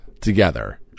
together